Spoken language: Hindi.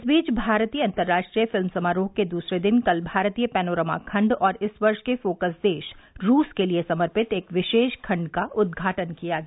इस बीच भारतीय अंतर्राष्ट्रीय फिल्म समारोह के दूसरे दिन कल भारतीय पैनोरमा खंड और इस वर्ष के फोकस देश रूस के लिये समर्पित एक विशेष खंड का उद्घाटन किया गया